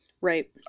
Right